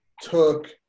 took